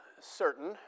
certain